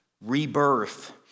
rebirth